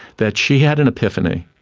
that she had an epiphany.